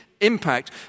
impact